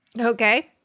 okay